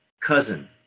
cousin